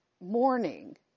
morning